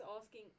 asking